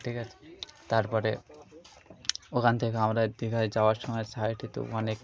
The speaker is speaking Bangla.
ঠিক আছে তারপরে ওখান থেকে আমরা দীঘায় যাওয়ার সময় সাইডে তো অনেক